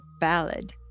ballad